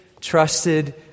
trusted